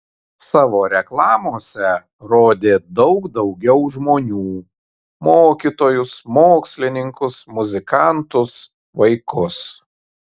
savo reklamose rodė daug daugiau žmonių mokytojus mokslininkus muzikantus vaikus